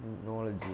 technology